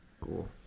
Cool